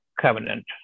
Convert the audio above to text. covenant